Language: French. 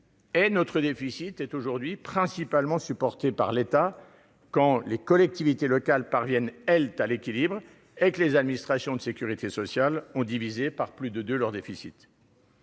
et notre déficit est aujourd'hui principalement supporté par l'État, tandis que les collectivités locales parviennent quasiment à l'équilibre et que les administrations de sécurité sociale ont divisé par plus de deux leur déficit.